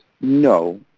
no